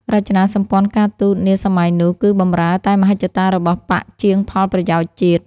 រចនាសម្ព័ន្ធការទូតនាសម័យនោះ គឺបម្រើតែមហិច្ឆតារបស់បក្សជាងផលប្រយោជន៍ជាតិ។